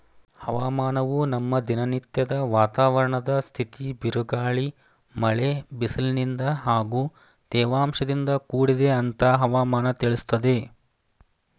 ಹವಾಮಾನವು ನಮ್ಮ ದಿನನತ್ಯದ ವಾತಾವರಣದ್ ಸ್ಥಿತಿ ಬಿರುಗಾಳಿ ಮಳೆ ಬಿಸಿಲಿನಿಂದ ಹಾಗೂ ತೇವಾಂಶದಿಂದ ಕೂಡಿದೆ ಅಂತ ಹವಾಮನ ತಿಳಿಸ್ತದೆ